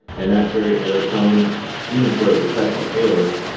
and that's very error prone even for a professional tailor,